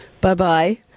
Bye-bye